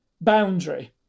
boundary